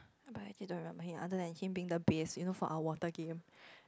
but I didn't remember him other than him being the base you know for our water game